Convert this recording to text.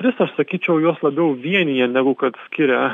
tris aš sakyčiau juos labiau vienija negu kad skiria